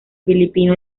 filipino